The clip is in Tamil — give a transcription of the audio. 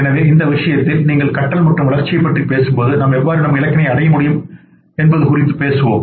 எனவே இந்த விஷயத்தில் நீங்கள் கற்றல் மற்றும் வளர்ச்சியைப் பற்றி பேசும்போது நாம் எவ்வாறு நம் இலக்கினை அடைய முடியும் என்பது குறித்து பேசுவோம்